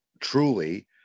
truly